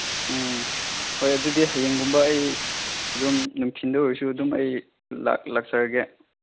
ꯎꯝ ꯍꯣꯏ ꯑꯗꯨꯗꯤ ꯍꯌꯦꯡꯒꯨꯝꯕ ꯑꯩ ꯑꯗꯨꯝ ꯅꯨꯡꯊꯤꯟꯗ ꯑꯣꯏꯔꯁꯨ ꯑꯗꯨꯝ ꯑꯩ ꯂꯥꯛꯆꯔꯒꯦ